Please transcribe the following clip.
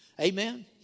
Amen